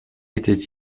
étaient